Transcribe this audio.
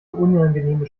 unangenehme